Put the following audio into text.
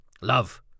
Love